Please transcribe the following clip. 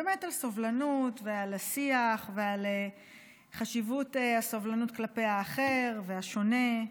על סובלנות ועל השיח ועל חשיבות הסובלנות כלפי האחר והשונה,